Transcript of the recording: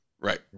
Right